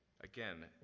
again